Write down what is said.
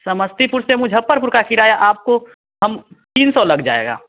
समस्तीपुर से मुज़फ़्फ़रपुर का किराया आपको हम तीन सौ लग जाएगा